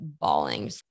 bawling